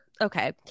okay